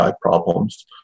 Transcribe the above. problems